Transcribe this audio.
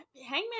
Hangman